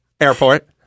airport